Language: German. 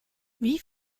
wie